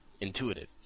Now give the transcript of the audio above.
intuitive